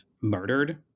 murdered